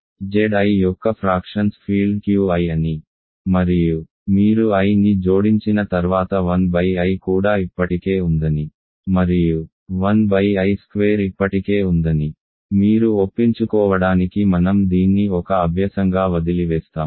కాబట్టి Z i యొక్క fractions field Q i అని మరియు మీరు iని జోడించిన తర్వాత 1 i కూడా ఇప్పటికే ఉందని మరియు 1 i2 ఇప్పటికే ఉందని మీరు ఒప్పించుకోవడానికి మనం దీన్ని ఒక అభ్యసంగా వదిలివేస్తాము